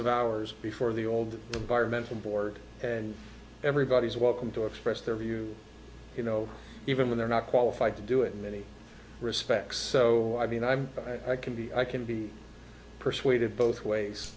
of hours before the old environmental board and everybody is welcome to express their views you know even when they're not qualified to do it in many respects so i mean i'm i can be i can be persuaded both ways